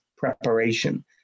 preparation